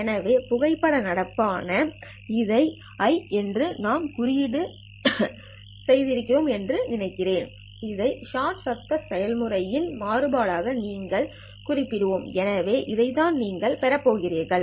எனவே புகைப்பட நடப்பு ஆன இதை Ish என்று நாம் குறிப்பிட்டு இருக்கிறோம் என்று நினைக்கிறேன் இதை ஷாட் சத்தம் செயல்முறைமாறுபாடாக நாங்கள் குறிப்பிடுவோம் எனவே இதைத்தான் நீங்கள் பெறப் போகிறீர்கள்